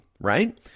right